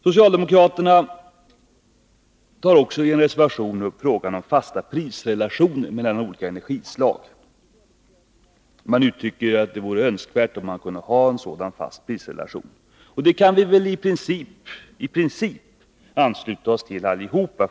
Socialdemokraterna tar i en reservation också upp frågan om fasta prisrelationer mellan olika energislag. Reservanterna säger att det vore önskvärt, om man kunde ha en sådan fast prisrelation. Denna önskan kan vi väli princip ansluta oss till allesammans.